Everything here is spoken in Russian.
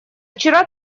вчера